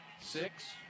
six